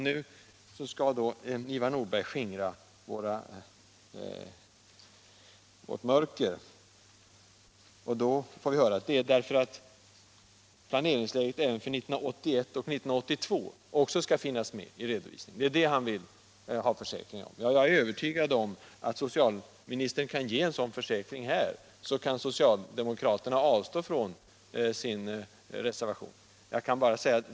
Nu skall Ivar Nordberg skingra vårt mörker. Då får vi höra att det skett för att planeringsläget även för 1981 och 1982 skall finnas med i redovisningen. Det vill han ha en försäkran om. Jag är övertygad om att socialministern kan ge en sådan försäkran här så att socialdemokraterna kan avstå från sin reservation.